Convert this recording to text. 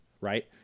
right